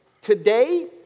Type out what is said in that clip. Today